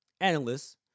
analysts